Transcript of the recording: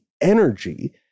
energy